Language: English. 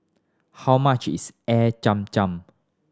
how much is Air Zam Zam